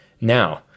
Now